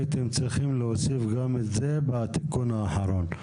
הייתם צריכים להוסיף גם את זה בתיקון האחרון.